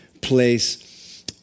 place